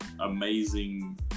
amazing